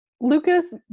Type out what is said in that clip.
Lucas